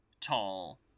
tall